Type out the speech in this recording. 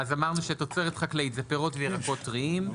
אמרנו שתוצרת חקלאית זה פירות וירקות טריים.